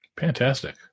Fantastic